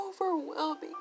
overwhelming